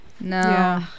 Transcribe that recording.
no